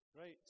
Right